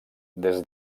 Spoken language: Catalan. des